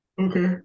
Okay